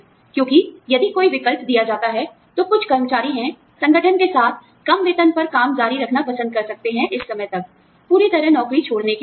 क्योंकि यदि कोई विकल्प दिया जाता है तो कुछ कर्मचारी हैं संगठन के साथ कम वेतन पर काम जारी रखना पसंद कर सकते हैं इस समय तक पूरी तरह नौकरी छोड़ने की जगह